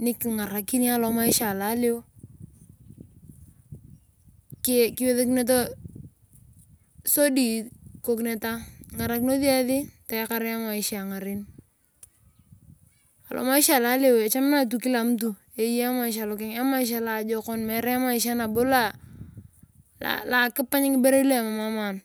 nikingarakini alomaisha alaleo. Sodi kingarakanos esi tayakare emaisha ngaren. Alomaisha alaleo echamakinasha tu kila mtu eyei emaisha lokokeng emaisha loajokon meere emaisha nabo loa akipany ngiberei luemam amaan.